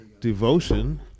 Devotion